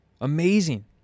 Amazing